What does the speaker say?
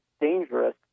dangerous